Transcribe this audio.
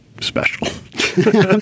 special